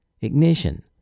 ignition